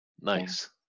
Nice